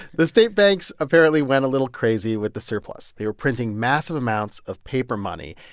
the state banks apparently went a little crazy with the surplus. they were printing massive amounts of paper money.